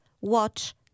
watch